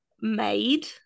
made